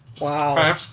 Wow